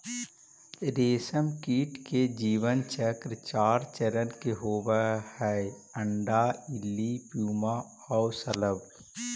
रेशमकीट के जीवन चक्र चार चरण के होवऽ हइ, अण्डा, इल्ली, प्यूपा आउ शलभ